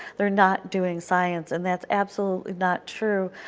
they are not doing science, and that's absolutely not true.